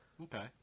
Okay